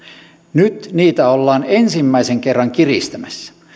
nyt niitä ollaan ensimmäisen kerran kiristämässä